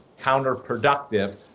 counterproductive